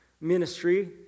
ministry